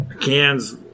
cans